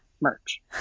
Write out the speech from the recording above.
merch